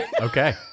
Okay